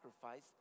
sacrifice